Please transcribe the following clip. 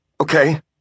Okay